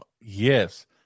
Yes